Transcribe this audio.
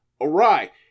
awry